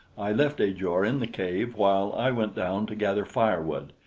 i left ajor in the cave while i went down to gather firewood.